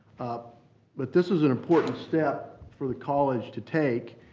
but this is an important step for the college to take,